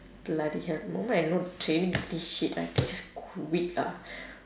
bloody hell no wonder I not training for this shit I just quit ah